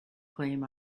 claim